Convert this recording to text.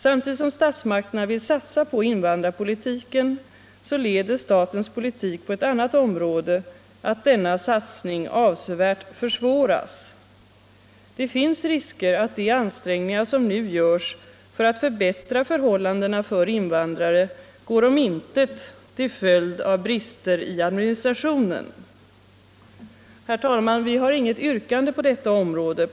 Samtidigt som statsmakterna vill satsa på invandrarpolitiken leder statens politik på ett annat område till att denna satsning avsevärt försvåras. Det finns risker att de ansträngningar som nu görs för att förbättra förhållandena för invandrare går om intet till följd av brister i administrationen. Herr talman! Vi har inget yrkande på detta område.